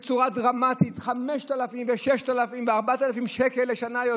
בצורה דרמטית: 5,000 ו-6,000 ו-4,000 שקלים יותר לשנה,